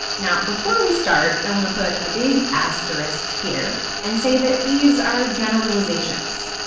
now before we start, i wanna put a big asterisk here and say that these are generalizations,